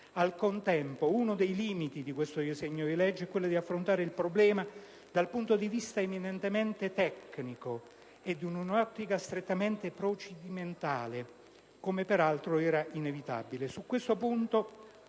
Al contempo, uno dei limiti di questo disegno di legge è quello di affrontare il problema dal punto di vista eminentemente "tecnico" e in un'ottica strettamente procedimentale, come peraltro era inevitabile.